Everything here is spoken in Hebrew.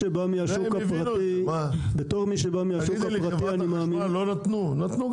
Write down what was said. גם במקרה של חברת החשמל נתנו.